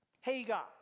Hagar